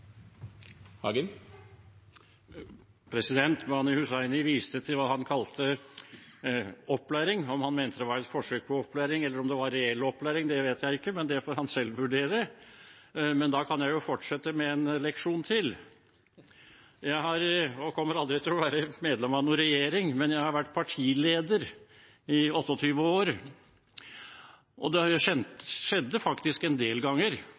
Mani Hussaini viste til det han kalte opplæring. Om han mente det var et forsøk på opplæring eller om det var reell opplæring, vet jeg ikke, men det får han selv vurdere. Men da kan jeg fortsette med en leksjon til. Jeg har aldri vært og kommer aldri til å være medlem av noen regjering, men jeg har vært partileder i 28 år, og det skjedde faktisk noen ganger